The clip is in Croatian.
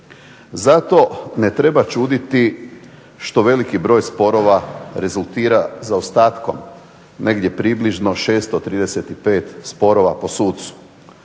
Zato ne treba čuditi što veliki broj sporova rezultira zaostatkom negdje približno 635 sporova po sucu.